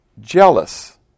jealous